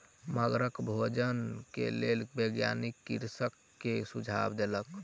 मगरक भोजन के लेल वैज्ञानिक कृषक के सुझाव देलक